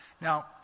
Now